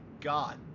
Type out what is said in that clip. god